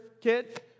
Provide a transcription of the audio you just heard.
kid